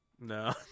no